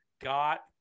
got